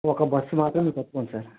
ఒక బస్సు మాత్రం మీరు కట్టుకోవాలి సార్